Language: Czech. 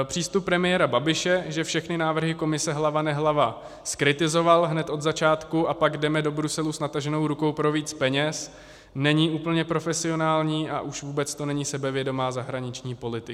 Přístup pana premiéra Babiše, že všechny návrhy Komise hlava nehlava zkritizoval hned od začátku, a pak jdeme do Bruselu s nataženou rukou pro víc peněz, není úplně profesionální a už vůbec to není sebevědomá zahraniční politika.